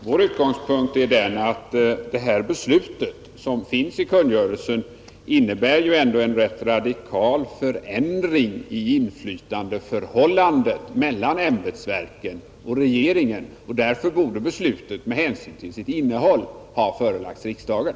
Herr talman! Får jag bara tillägga att vår utgångspunkt är den, att kungörelsen ändå innebär en radikal förändring i inflytandeförhållandet mellan ämbetsverken och regeringen. Därför borde beslutet med hänsyn till sitt innehåll ha förelagts riksdagen.